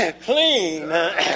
clean